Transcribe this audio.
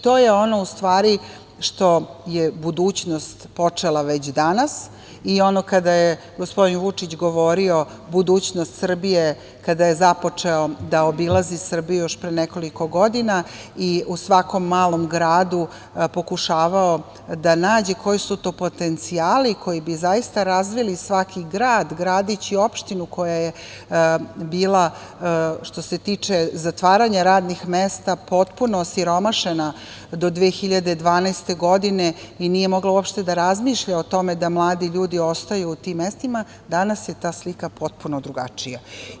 To je u stvari ono što je budućnost počela već danas i ono kada je gospodin Vučić govorio budućnost Srbije, kada je započeo da obilazi Srbiju, još pre nekoliko godina i u svakom malom gradu pokušavao da nađe koji su to potencijali koji bi zaista razvili svaki grad, gradić i opštinu koja je bila što se tiče zatvaranja radnih mesta, potpuno osiromašena do 2012. godine i nije mogla da razmišlja o tome da mladi ljudi ostaju u tim mestima, danas je ta slika potpuno drugačija.